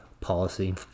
policy